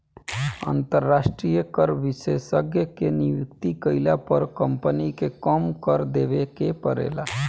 अंतरास्ट्रीय कर विशेषज्ञ के नियुक्ति कईला पर कम्पनी के कम कर देवे के परेला